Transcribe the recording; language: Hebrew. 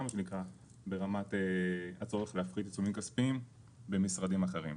מה שנקרא ברמת הצורך להפחית עיצומים כספיים במשרדים אחרים.